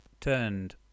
turned